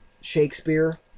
Shakespeare